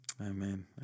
Amen